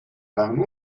waren